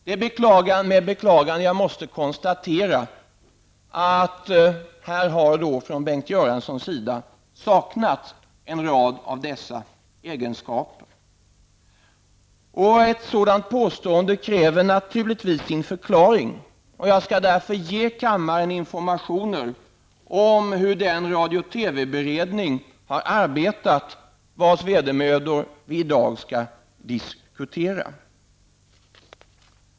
Det är med beklagan jag måste konstatera att Bengt Göransson har saknat en rad av dessa egenskaper. Ett sådant påstående kräver naturligtvis sin förklaring och därför skall jag ge kammaren information om hur radio och TV-beredningen har arbetat och vars vedermödor vi i dag skall diskutera.